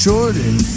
Jordan